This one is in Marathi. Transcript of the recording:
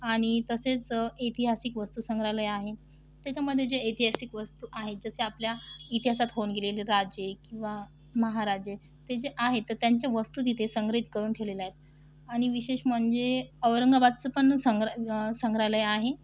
आणि तसेच ऐतिहासिक वस्तूसंग्रहालय आहे त्याच्यामध्ये जे ऐतिहासिक वस्तू आहे जसे आपल्या इतिहासात होऊन गेलेले राजे किंवा महाराजे ते जे आहे तर त्यांच्या वस्तू तिथे संग्रहित करून ठेवलेले आहेत आणि विशेष म्हणजे औरंगाबादचं पण संग्र संग्रहालय आहे